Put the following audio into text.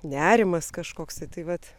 nerimas kažkoks tai vat